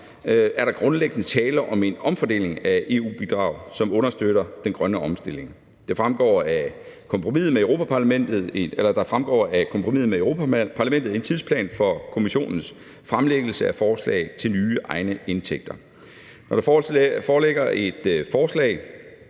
er der grundlæggende tale om en omfordeling af EU-bidrag, som understøtter den grønne omstilling. Der fremgår af kompromiset med Europa-Parlamentet en tidsplan for Kommissionens fremlæggelse af forslag til nye egne indtægter. Når der foreligger et forslag